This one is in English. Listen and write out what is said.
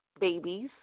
babies